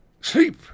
Sleep